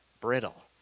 brittle